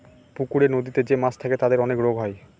পুকুরে, নদীতে যে মাছ থাকে তাদের অনেক রোগ হয়